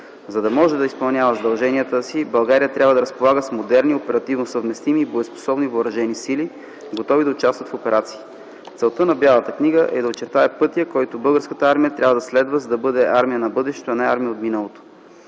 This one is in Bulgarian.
За да може да изпълнява задълженията си, България трябва да разполага с модерни, оперативно съвместими и боеспособни въоръжени сили, готови да участват в операции. Целта на Бялата книга е да очертае пътя, който българската армия трябва да следва, за да бъде армия на бъдещето, а не армия от миналото.